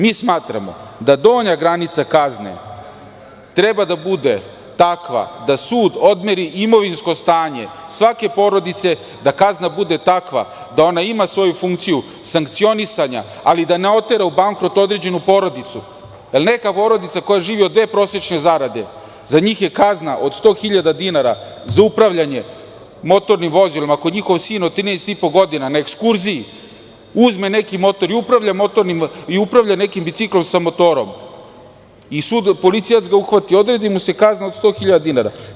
Mi smatramo da donja granica kazne treba da bude takva da sud odmeri imovinsko stanje svake porodice, da kazna bude takva da ona ima svoju funkciju sankcionisanja, ali da ne otera u bankrot određenu porodicu, jer neka porodica koja živi od dve prosečne zarade, za njih je kazna od 100.000 dinara za upravljanje motornim vozilima, ako njihov sin od 13 i po godina na ekskurziji uzme neki motor i upravlja nekim biciklom sa motorom i policija ga uhvati, odredi mu se kazna od 100.000 dinara.